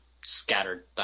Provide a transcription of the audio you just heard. scattered